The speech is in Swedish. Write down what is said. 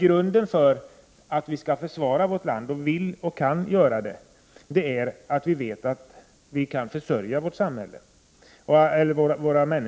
Grunden för viljan och förmågan att försvara vårt land är att vi vet att vi kan skydda och försörja befolkningen.